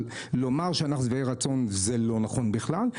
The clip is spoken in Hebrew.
אבל לומר שאנחנו שבעי רצון זה לא נכון בכלל,